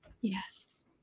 Yes